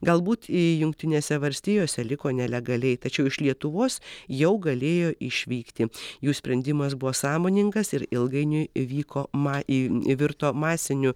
galbūt į jungtinėse valstijose liko nelegaliai tačiau iš lietuvos jau galėjo išvykti jų sprendimas buvo sąmoningas ir ilgainiui įvyko ma į virto masiniu